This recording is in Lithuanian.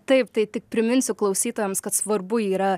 taip tai tik priminsiu klausytojams kad svarbu yra